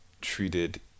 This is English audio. treated